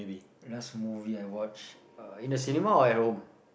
last movie I watched uh in the cinema or at home